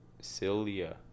cilia